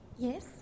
Yes